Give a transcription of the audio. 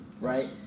right